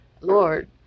Lord